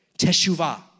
Teshuvah